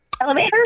Elevator